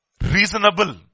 reasonable